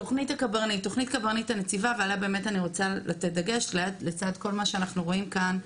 על תוכנית הקברניט אני רוצה לתת דגש לצד כל מה שרואים כאן.